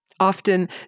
often